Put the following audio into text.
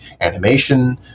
animation